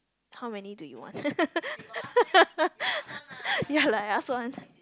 how many do you want ya lah last one